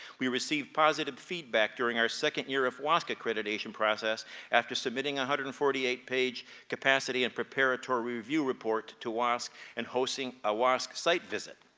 we received positive feedback during our second year of wasc accreditation process after submitting a one hundred and forty eight page capacity and preparatory review report to wasc and hosting a wasc site visit.